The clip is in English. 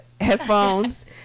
headphones